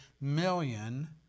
million